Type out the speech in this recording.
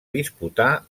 disputar